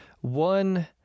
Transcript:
one